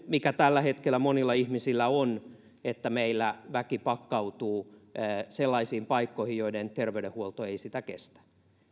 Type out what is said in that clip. mikä tällä hetkellä monilla ihmisillä on että meillä väki pakkautuu sellaisiin paikkoihin joiden terveydenhuolto ei sitä kestä